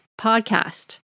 podcast